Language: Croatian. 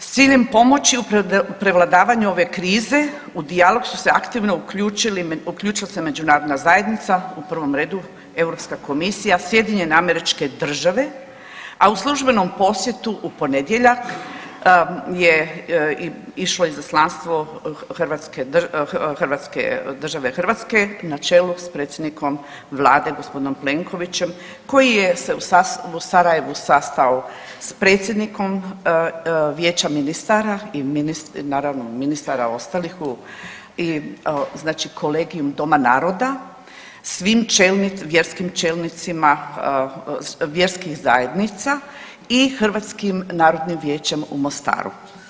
S ciljem pomoći u prevladavanju ove krize u dijalog su se aktivno uključili uključila se međunarodna zajednica, u prvom redu EU komisija, SAD, a u službenom posjetu u ponedjeljak je išlo izaslanstvo hrvatske .../nerazumljivo/... države Hrvatske na čelu s predsjednikom Vlade g. Plenkovićem koji je se u Sarajevu sastao s predsjednikom Vijeća ministara i .../nerazumljivo/... i naravno ministara ostalih u i znači kolegiju Doma naroda, svi .../nerazumljivo/... vjerskim čelnicima vjerskih zajednica i Hrvatskim narodnim vijećem u Mostaru.